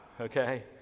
okay